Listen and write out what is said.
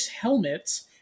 helmets